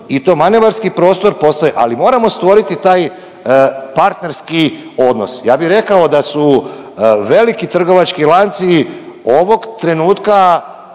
i manevarski prostor postoji, ali morao stvoriti taj partnerski odnos. Ja bi rekao da su veliki trgovački lanci ovog trenutka